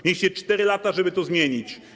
Mieliście 4 lata, żeby to zmienić.